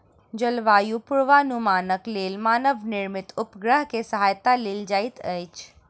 जलवायु पूर्वानुमानक लेल मानव निर्मित उपग्रह के सहायता लेल जाइत अछि